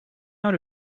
out